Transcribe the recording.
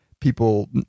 people